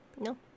No